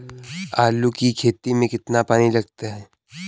आलू की खेती में कितना पानी लगाते हैं?